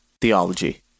Theology